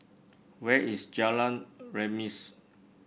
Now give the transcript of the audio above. where is Jalan Remis